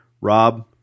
Rob